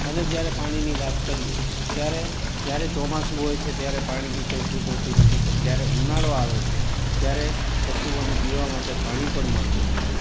અને જયારે પાણીની વાત કરીએ ત્યારે જયારે ચોમાસું હોય છે ત્યારે પાણીની કોઈ ખોટ હોતી નથી પણ જયારે ઉનાળો આવે છે ત્યારે પશુઓને પીવા માટે પાણી પણ મળતું નથી